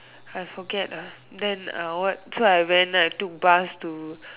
I forget ah then ah what so I went I took bus to